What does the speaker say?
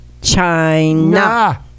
China